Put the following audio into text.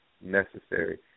necessary